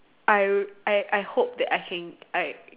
I I I hope that I can I